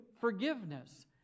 forgiveness